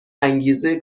انگیزه